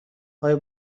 آیا